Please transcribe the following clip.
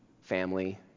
family